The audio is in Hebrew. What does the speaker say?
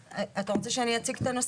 אתה רוצה שאני אציג את הנושא?